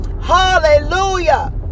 Hallelujah